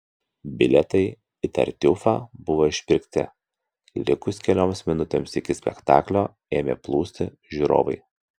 bilietai į tartiufą buvo išpirkti likus kelioms minutėms iki spektaklio ėmė plūsti žiūrovai